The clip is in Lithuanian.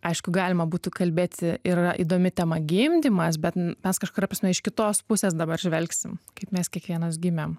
aišku galima būtų kalbėti ir yra įdomi tema gimdymas bet mes kažkuria prasme iš kitos pusės dabar žvelgsim kaip mes kiekvienas gimėm